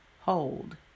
hold